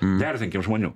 neerzinkim žmonių